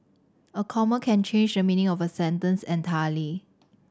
a comma can change the meaning of a sentence entirely